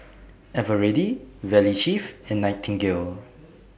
Eveready Valley Chef and Nightingale